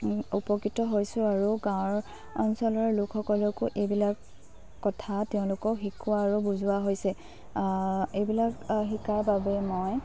উপকৃত হৈছোঁ আৰু গাঁৱৰ অঞ্চলৰ লোকসকলকো এইবিলাক কথা তেওঁলোকক শিকোৱা আৰু বুজোৱা হৈছে এইবিলাক শিকাৰ বাবে মই